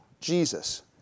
Jesus